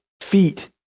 feet